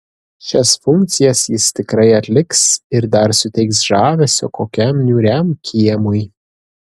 šias funkcijas jis tikrai atliks ir dar suteiks žavesio kokiam niūriam kiemui